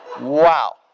Wow